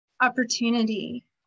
opportunity